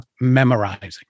memorizing